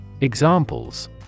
Examples